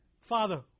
Father